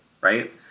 Right